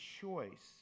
choice